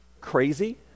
crazy